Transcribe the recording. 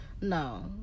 no